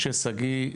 משה שגיא,